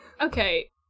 okay